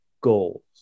goals